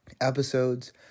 episodes